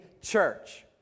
church